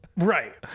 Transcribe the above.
Right